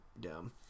dumb